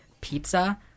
pizza